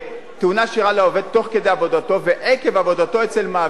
"תאונה שאירעה לעובד תוך כדי עבודתו ועקב עבודתו אצל מעבידו".